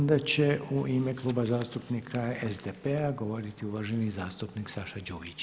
Onda će u ime Kluba zastupnika SDP-a govoriti uvaženi zastupnik Saša Đujić.